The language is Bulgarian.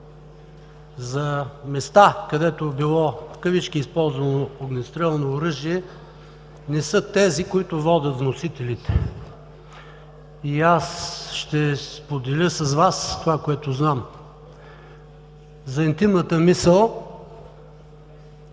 за места, където било „използвано огнестрелно оръжие“, не са тези, които водят вносителите. Ще споделя с Вас това, което знам за интимната мисъл